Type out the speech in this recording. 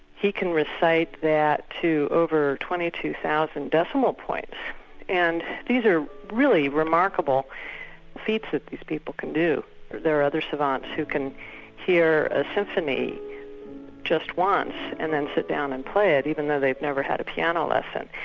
he can recite that to over twenty two thousand decimal points and these are really remarkable feats that these people can do. but there are other savants who can hear a symphony just once and then sit down and play it even though they've never had a piano lesson.